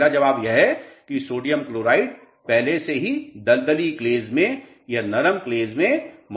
पहला जवाब यह है कि सोडियम क्लोराइड पहले से ही दलदली क्लेस में या नरम क्लेस में मौजूद होता है